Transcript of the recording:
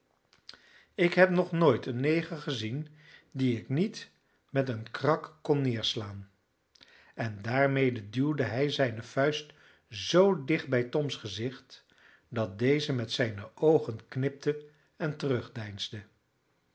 ik heb nog nooit een neger gezien dien ik niet met een krak kon neerslaan en daarmede duwde hij zijne vuist zoo dicht bij toms gezicht dat deze met zijne oogen knipte en